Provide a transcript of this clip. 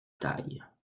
taille